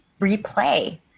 replay